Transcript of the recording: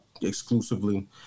exclusively